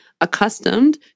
accustomed